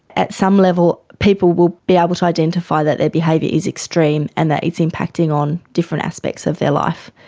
at some level, people will be able to identify that their behaviour is extreme, and that it's impacting on different aspects of their life.